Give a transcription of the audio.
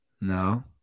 No